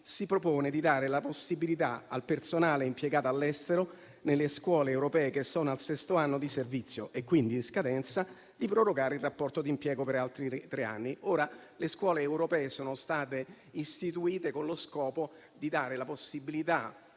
si propone di dare la possibilità al personale impiegato all'estero nelle scuole europee, che sono al sesto anno di servizio (quindi in scadenza), di prorogare il rapporto di impiego per altri tre anni. Ricordo che le scuole europee sono state istituite con lo scopo di dare la possibilità